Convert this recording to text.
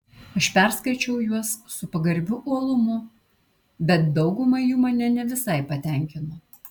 aš perskaičiau juos su pagarbiu uolumu bet dauguma jų mane ne visai patenkino